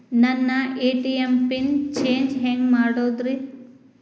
ನನ್ನ ATM PIN change ಹೆಂಗ್ ಮಾಡೋದ್ರಿ?